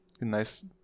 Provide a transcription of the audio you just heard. Nice